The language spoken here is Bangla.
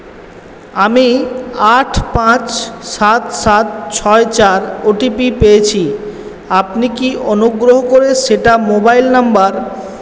আমি আট পাঁচ সাত সাত ছয় চার ও টি পি পেয়েছি আপনি কি অনুগ্রহ করে সেটা মোবাইল নম্বর